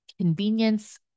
convenience